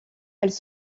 elles